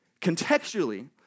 Contextually